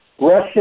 Russian